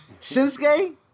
Shinsuke